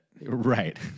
Right